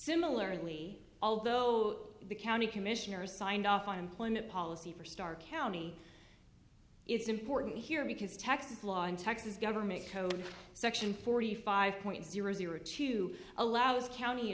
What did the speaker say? similarly although the county commissioners signed off on employment policy for star county it's important here because texas law in texas government code section forty five point zero zero two allows county